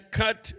cut